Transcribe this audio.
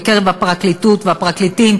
בקרב הפרקליטות והפרקליטים,